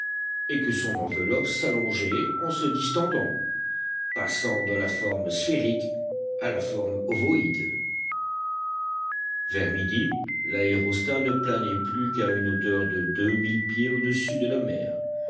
et que son enveloppe s'allongeait en se distendant passant de la forme sphérique à la forme ovoïde vers midi l'aérostat ne planait plus qu'à une hauteur de deux mille pieds au-dessus de la mer